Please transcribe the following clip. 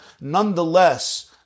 nonetheless